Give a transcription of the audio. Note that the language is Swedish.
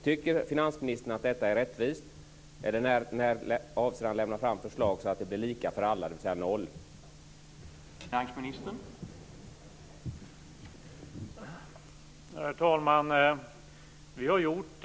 Tycker finansministern att detta är rättvist, och när avser han att lägga fram förslag så att det blir lika för alla, dvs. noll i förmögenhetsskatt?